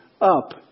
up